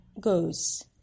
goes